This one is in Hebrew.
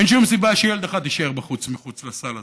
אין שום סיבה שילד אחד יישאר בחוץ, מחוץ לסל הזה.